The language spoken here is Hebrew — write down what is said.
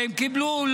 והן קיבלו,